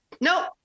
nope